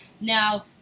Now